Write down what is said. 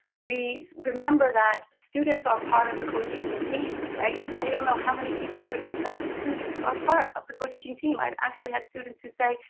we remember that students are part of the co-teaching team, right? i don't know how many teachers forget that students are part of the co-teaching team. i actually have students who say,